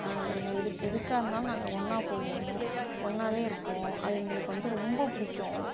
நாங்கள் எது எதுக்காக இருந்தாலும் நாங்கள் ஒன்னாக போவோம் ஒன்னாகவே இருப்போம் அது எங்களுக்கு வந்து ரொம்ப பிடிக்கும்